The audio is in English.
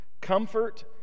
Comfort